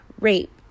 rape